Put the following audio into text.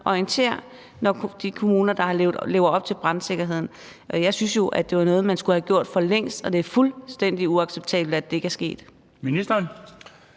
orienterer om de kommuner, der lever op til brandsikkerheden. Jeg synes jo, det var noget, man skulle have gjort for længst, og det er fuldstændig uacceptabelt, at det ikke er sket.